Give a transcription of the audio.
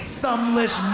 thumbless